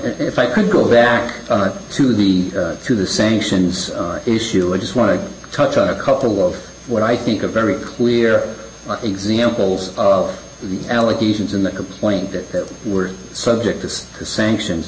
if i could go back to the to the sanctions issue i just want to touch on a couple of what i think a very clear examples of the allegations in the complaint that were subject of sanctions